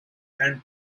and